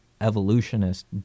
evolutionist